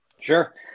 sure